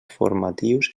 formatius